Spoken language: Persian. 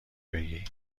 بگی